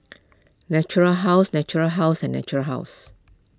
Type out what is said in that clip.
Natura House Natura House and Natura House